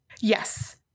Yes